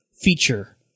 feature